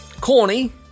corny